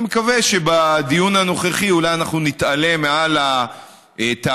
אני מקווה שבדיון הנוכחי אנחנו אולי נתעלה מעל הטענה